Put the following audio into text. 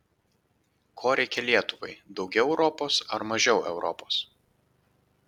ko reikia lietuvai daugiau europos ar mažiau europos